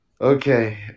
Okay